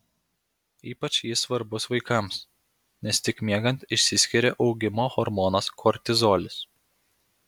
ypač jis svarbus vaikams nes tik miegant išsiskiria augimo hormonas kortizolis